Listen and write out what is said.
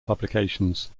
publications